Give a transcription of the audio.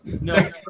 No